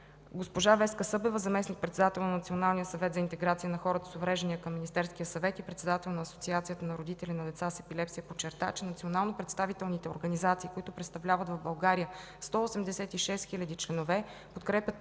Госпожа Веска Събева – заместник-председател на Националния съвет за интеграция на хората с увреждания към Министерския съвет и председател на Асоциацията на родители на деца с епилепсия, подчерта, че национално представителните организации, които представляват в България 186 хил. членове, подкрепят